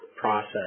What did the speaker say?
process